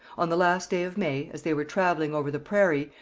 on the last day of may, as they were travelling over the prairie,